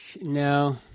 No